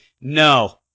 no